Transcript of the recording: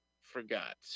forgot